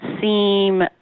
seem